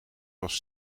was